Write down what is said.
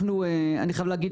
אני חייב להגיד